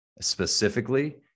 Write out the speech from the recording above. specifically